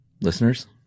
listeners